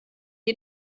die